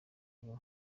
ubu